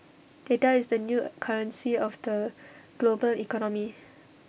data is the new currency of the global economy